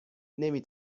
نمی